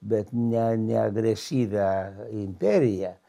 bet ne ne agresyvią imperiją